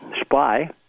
spy